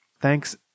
Thanks